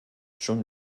schon